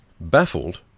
Baffled